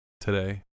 today